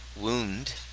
wound